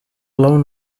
blown